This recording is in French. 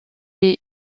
est